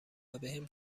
وبهم